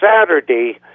Saturday